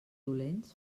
dolents